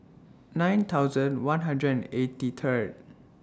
nine thousand one hundred and eighty Third